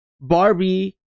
Barbie